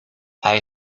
hij